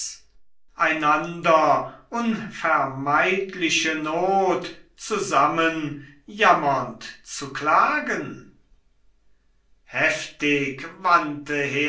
einander unvermeidliche not zusammen jammernd zu klagen heftig wandte